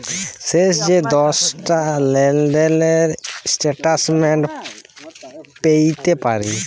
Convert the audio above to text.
শেষ যে দশটা লেলদেলের ইস্ট্যাটমেল্ট প্যাইতে পারি